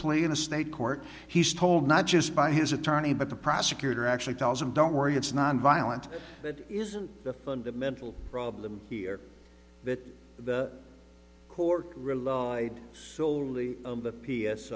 play in a state court he's told not just by his attorney but the prosecutor actually tells him don't worry it's nonviolent that isn't the fundamental problem here that the court relied solely